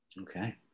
Okay